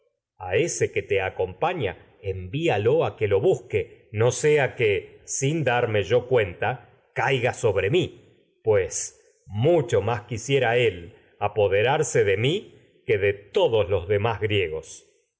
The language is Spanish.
a ese que te acompaña envíalo que lo busque no sea que sin darme yo cuenta caiga sobre mi pues mucho más quisiera él apoderarse de mi que de todos los demás griegos